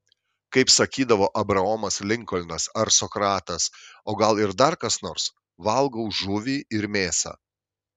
kaip sakydavo abraomas linkolnas ar sokratas o gal ir dar kas nors valgau žuvį ir mėsą